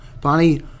Bonnie